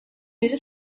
beri